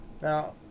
Now